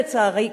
לצערי,